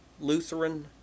Lutheran